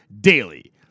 DAILY